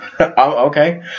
Okay